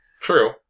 True